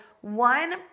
one